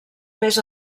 més